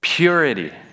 Purity